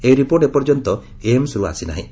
ଏହି ରିପୋର୍ଟ ଏପର୍ଯ୍ୟନ୍ତ ଏମ୍ସ୍ରୁ ଆସିନାହିଁ